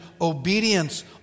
obedience